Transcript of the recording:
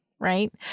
Right